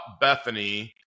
Bethany